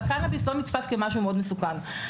והקנביס לא נתפס כמשהו מאוד מסוכן.